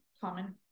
common